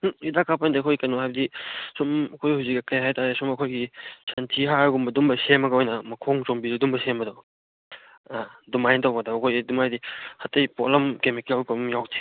ꯍꯤꯗꯥꯛ ꯀꯥꯞꯄ ꯅꯠꯇꯦ ꯑꯩꯈꯣꯏ ꯀꯩꯅꯣ ꯍꯥꯏꯕꯗꯤ ꯁꯨꯝ ꯑꯩꯈꯣꯏ ꯍꯧꯖꯤꯛ ꯀꯔꯤ ꯍꯥꯏꯇꯥꯔꯦ ꯁꯨꯝ ꯑꯩꯈꯣꯏꯒꯤ ꯁꯟꯊꯤ ꯍꯥꯔ ꯑꯗꯨꯒꯨꯝꯕ ꯑꯗꯨꯝ ꯁꯦꯝꯃꯒ ꯑꯣꯏꯅ ꯃꯈꯣꯡ ꯆꯣꯝꯕꯤꯕ ꯑꯗꯨꯝꯕ ꯑꯣꯏꯅ ꯁꯦꯝꯕꯗꯣ ꯑꯪ ꯑꯗꯨꯃꯥꯏꯅ ꯇꯧꯕꯗꯣ ꯑꯩꯈꯣꯏ ꯑꯗꯨꯝ ꯍꯥꯏꯗꯤ ꯑꯇꯩ ꯄꯣꯠꯂꯝ ꯀꯦꯃꯤꯀꯦꯜꯒꯨꯝꯕ ꯑꯝ ꯌꯥꯎꯗꯦ